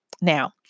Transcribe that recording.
Now